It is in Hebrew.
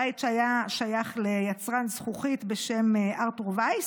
בית שהיה שייך ליצרן זכוכית בשם ארתור וייס.